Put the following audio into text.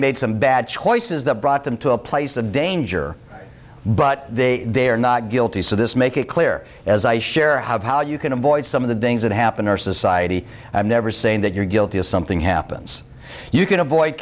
made some bad choices that brought them to a place of danger but they they are not guilty so this make it clear as i share how you can avoid some of the things that happened our society i'm never saying that you're guilty of something happens you can avoid